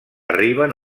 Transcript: arriben